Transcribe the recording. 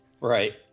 Right